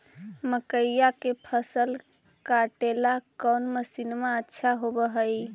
मकइया के फसल काटेला कौन मशीन अच्छा होव हई?